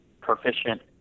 proficient